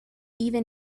even